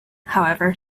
however